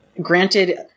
granted